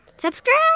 Subscribe